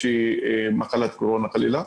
ממחלת הקורונה חלילה.